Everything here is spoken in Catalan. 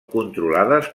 controlades